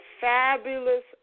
fabulous